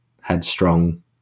headstrong